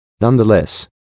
Nonetheless